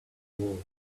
world